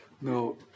No